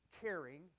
caring